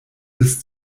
ist